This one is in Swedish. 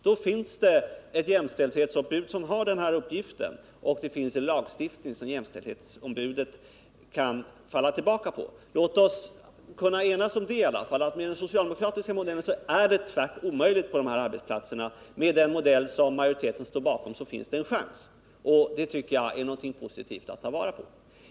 Då finns där ett jämställdhetsombud som har den uppgiften, och det finns en lagstiftning som jämställdhetsombudet kan falla tillbaka på. Låt oss alltså kunna enas om att med den socialdemokratiska modellen är det omöjligt att bedriva jämställdhetsarbete på de här arbetsplatserna, men med majoritetens modell finns det en chans. Det tycker jag är någonting positivt att ta vara på.